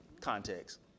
context